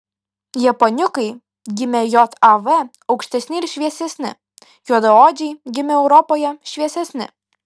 japoniukai gimę jav aukštesni ir šviesesni juodaodžiai gimę europoje šviesesni